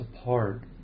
apart